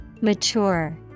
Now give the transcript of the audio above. Mature